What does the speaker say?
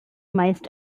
meist